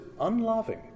unloving